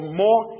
more